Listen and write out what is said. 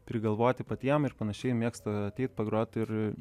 prigalvoti patiem ir panašiai mėgsta ateit pagrot ir